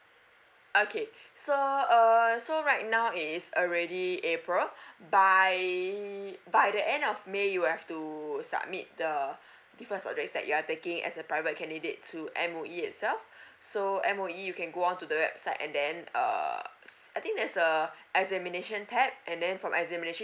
okay so err so right now is already april by by the end of may you have to submit the difference subjects that you are taking as a private candidate to M_O_E itself so M_O_E you can go on to the website and then err I think there's uh examination tab and then from examination you